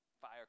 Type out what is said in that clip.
Fire